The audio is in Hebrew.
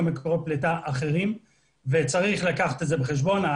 מקורות פליטה אחרים וצריך לקחת את זה בחשבון.